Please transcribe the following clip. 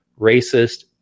racist